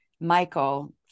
Michael